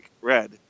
red